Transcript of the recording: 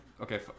okay